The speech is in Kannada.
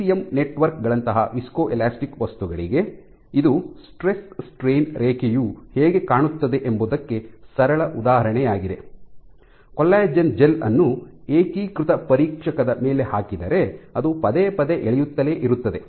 ಇಸಿಎಂ ನೆಟ್ವರ್ಕ್ ಗಳಂತಹ ವಿಸ್ಕೊಎಲಾಸ್ಟಿಕ್ ವಸ್ತುಗಳಿಗೆ ಇದು ಸ್ಟ್ರೆಸ್ ಸ್ಟ್ರೈನ್ ರೇಖೆಯು ಹೇಗೆ ಕಾಣುತ್ತದೆ ಎಂಬುದಕ್ಕೆ ಸರಳ ಉದಾಹರಣೆಯಾಗಿದೆ ಕೊಲ್ಲಾಜೆನ್ ಜೆಲ್ ಅನ್ನು ಏಕೀಕೃತ ಪರೀಕ್ಷಕದ ಮೇಲೆ ಹಾಕಿದರೆ ಅದು ಪದೇ ಪದೇ ಎಳೆಯುತ್ತಲೇ ಇರುತ್ತದೆ